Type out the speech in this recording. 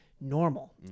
normal